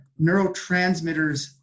neurotransmitters